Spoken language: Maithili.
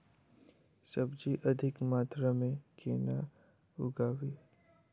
सब्जी अधिक मात्रा मे केना उगाबी?